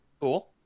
cool